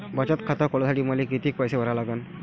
बचत खात खोलासाठी मले किती पैसे भरा लागन?